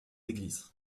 églises